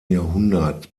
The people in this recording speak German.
jahrhundert